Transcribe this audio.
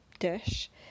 dish